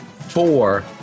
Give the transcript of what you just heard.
four